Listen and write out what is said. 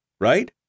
right